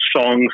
songs